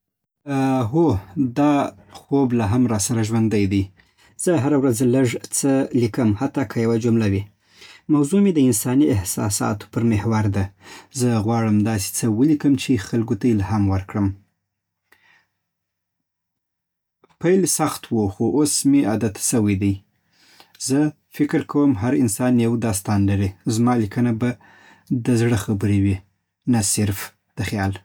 هو، دا خوب لا هم راسره ژوندی دی. زه هره ورځ لږ څه لیکم، حتی که یوه جمله وي. موضوع مې د انساني احساساتو پر محور ده. زه غواړم داسې څه ولیکم چې خلکو ته الهام ورکړي. پېل سخت و، خو اوس مې عادت سوی دی. زه فکر کوم هر انسان یو داستان لري. زما لیکنه به د زړه خبرې وي، نه صرف خیال